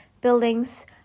Buildings